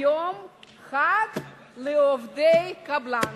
היום חג לעובדי קבלן.